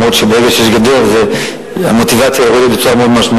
גם אם ברגע שיש גדר המוטיבציה יורדת משמעותית,